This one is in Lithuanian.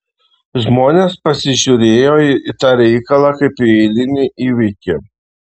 žmonės pasižiūrėjo į tą reikalą kaip į eilinį įvykį